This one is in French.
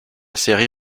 série